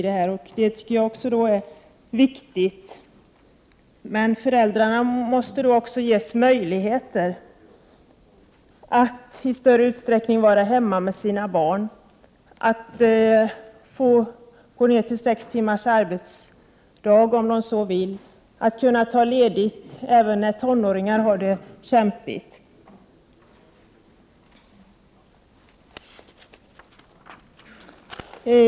Det tycker jag är viktigt, men föräldrarna måste också ges möjligheter att i större utsträckning vara hemma med sina barn, att få gå ned till sex timmars arbetsdag om de så vill, att kunna ta ledigt även när tonåringar har det kämpigt.